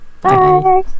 Bye